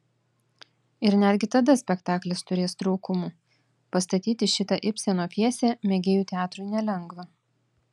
ir netgi tada spektaklis turės trūkumų pastatyti šitą ibseno pjesę mėgėjų teatrui nelengva